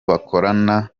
bakorana